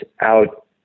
out